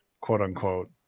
quote-unquote